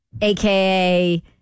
aka